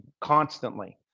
constantly